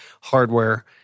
hardware